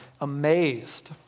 amazed